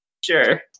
Sure